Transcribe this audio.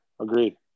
agreed